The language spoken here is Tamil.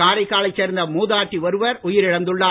காரைக்காலைச் சேர்ந்த மூதாட்டி ஒருவர் உயிரிழந்துள்ளார்